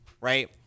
right